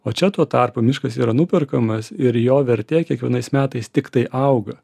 o čia tuo tarpu miškas yra nuperkamas ir jo vertė kiekvienais metais tiktai auga